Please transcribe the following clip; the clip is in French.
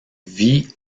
vit